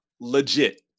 legit